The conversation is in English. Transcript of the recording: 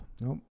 Nope